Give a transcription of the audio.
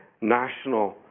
national